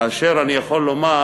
ואני יכול לומר